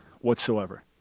whatsoever